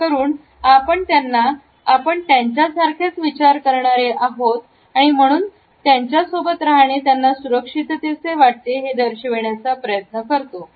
असे करून आपण त्यांना आपण त्यांच्यासारखेच विचार करणार आहोत आणि म्हणून तुमच्या सोबत राहणे त्यांना सुरक्षिततेचे आहे हे दर्शविण्याचा प्रयत्न करतो